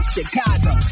Chicago